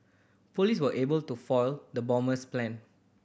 police were able to foil the bomber's plan